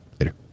Later